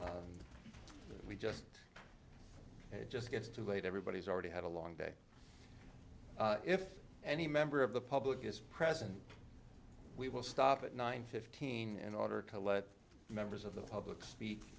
we just it just gets too late everybody's already had a long day if any member of the public is present we will stop at nine fifteen in order to let members of the public speak